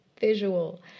visual